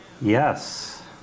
yes